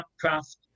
craft